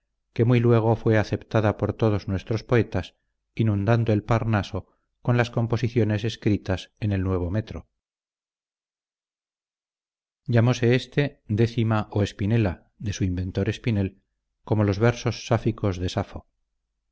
que muy luego fue aceptada por todos nuestros poetas inundando el parnaso con las composiciones escritas en el nuevo metro llamóse este décima o espinela de su inventor espinel como los versos sáficos de safo